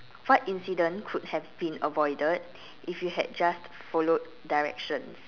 what incident could have been avoided if you had just followed directions